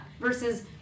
Versus